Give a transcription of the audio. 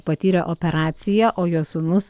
patyrė operaciją o jo sūnus